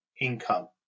income